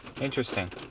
interesting